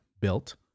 built